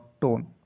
tone